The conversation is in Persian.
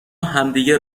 همدیگه